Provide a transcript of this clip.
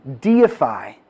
deify